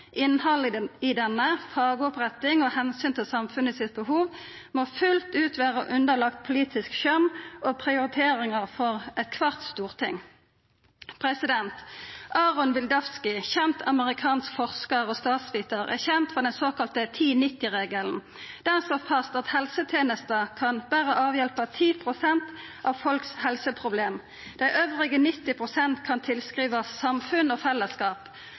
innhaldet i denne, fagoppretting og omsyn til samfunnets behov må fullt ut vera underlagd politisk skjøn og prioriteringar for eitkvart storting. Aaron Wildavsky, kjend amerikansk forskar og statsvitar, er kjend for den såkalla 10–90-regelen. Han slår fast at helsetenester kan berre avhjelpa 10 pst. av folks helseproblem. Dei resterande 90 pst. har si årsak i samfunn og fellesskap.